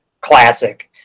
classic